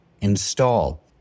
install